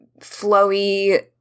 flowy